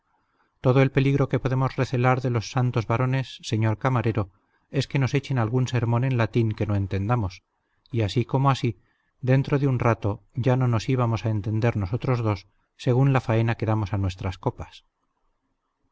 todo el peligro que podemos recelar de los santos varones señor camarero es que nos echen algún sermón en latín que no entendamos y así como así dentro de un rato ya no nos íbamos a entender nosotros dos según la faena que damos a nuestras copas